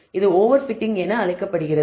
இது over fitting என அழைக்கப்படுகிறது